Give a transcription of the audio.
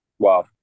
Wow